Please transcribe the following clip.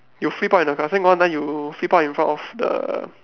you flip out in the class then got one time you flip out in front of the